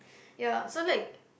ya so like